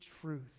truth